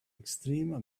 extreme